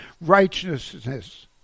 righteousness